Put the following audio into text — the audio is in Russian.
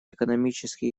экономический